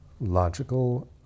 logical